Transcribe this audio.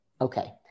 Okay